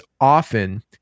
often